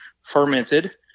fermented